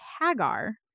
Hagar